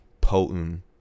potent